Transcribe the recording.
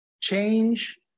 change